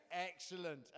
Excellent